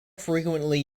frequently